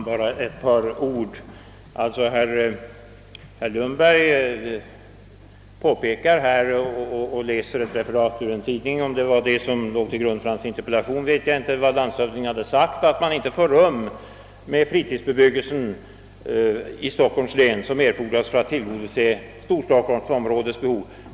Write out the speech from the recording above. Herr talman! Herr Lundberg läste upp ett tidningsreferat — huruvida detta låg till grund för hans interpellation vet jag inte — av vad landshövding Westerlind yttrat om att man i Stockholms län inte har utrymme för den fritidsbebyggelse som erfordras för att tillgodose storstockholmsområdets behov.